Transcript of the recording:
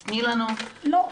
לא.